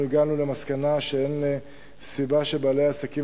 הגענו למסקנה שאין סיבה שבעלי העסקים